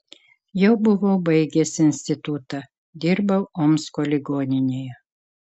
jau buvau baigęs institutą dirbau omsko ligoninėje